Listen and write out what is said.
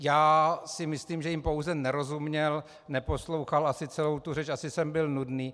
Já si myslím, že jim pouze nerozuměl, neposlouchal asi celou tu řeč, asi jsem byl nudný.